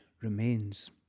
remains